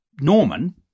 Norman